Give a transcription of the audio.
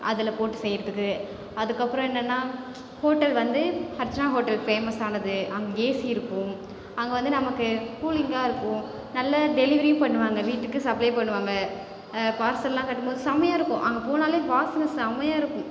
அதில் போட்டு செய்யறதுக்கு அதுக்கப்புறம் என்னென்னா ஹோட்டல் வந்து அர்ச்சனா ஹோட்டல் ஃபேமஸ்ஸானது அங்கே ஏசி இருக்கும் அங்கே வந்து நமக்கு கூலிங்காக இருக்கும் நல்ல டெலிவரியும் பண்ணுவாங்க வீட்டுக்கு சப்ளை பண்ணுவாங்க பார்சல்லாம் கட்டும்போது செம்மையா இருக்கும் அங்கே போனால் வாசனை செம்மையா இருக்கும்